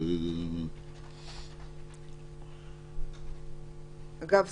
של יחיד עם אדם קבוע אחד בלבד" אגב,